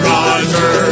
Roger